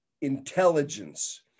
intelligence